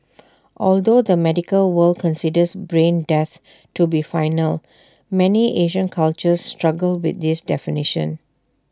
although the medical world considers brain death to be final many Asian cultures struggle with this definition